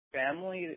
family